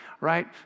right